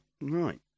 Right